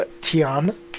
Tian